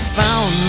found